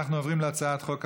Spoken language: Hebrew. אנחנו עוברים להצעת החוק הבאה,